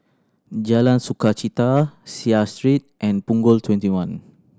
Jalan Sukachita Seah Street and Punggol Twenty one